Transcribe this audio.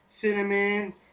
cinnamon